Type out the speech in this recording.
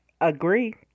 Agree